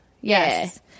Yes